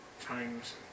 times